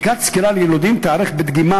(ד) בדיקת סקירה ליילודים תיערך בדגימה